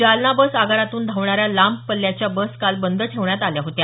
Jalna bus आगारातून धावणाऱ्या लांब पल्याच्या बस काल बंद ठेवण्यात आल्या होत्या